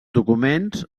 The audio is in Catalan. documents